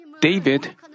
David